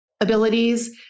abilities